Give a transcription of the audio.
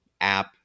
app